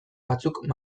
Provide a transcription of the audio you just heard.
batzuk